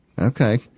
Okay